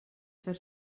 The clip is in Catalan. fer